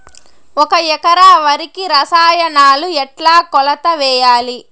ఒక ఎకరా వరికి రసాయనాలు ఎట్లా కొలత వేయాలి?